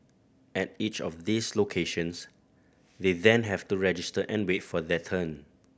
at each of these locations they then have to register and wait for their turn